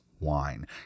Wine